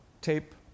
tape